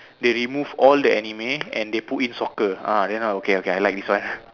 they removed all the anime and they put in soccer ah then I okay okay I like this one